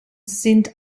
sind